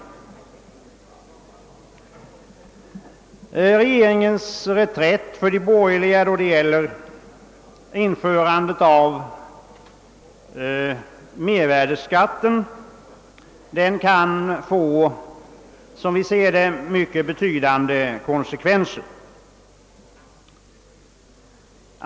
Regeringens reträtt för de borgerliga när det gäller införandet av mervärdeskatten kan som vi ser det få mycket betydande konsekvenser.